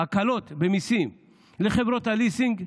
הקלות במיסים לחברות הליסינג,